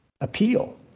appeal